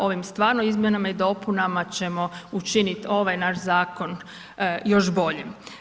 Ovim stvarno izmjenama i dopunama ćemo učinit ovaj naš zakon još boljim.